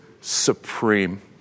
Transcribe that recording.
supreme